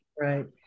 Right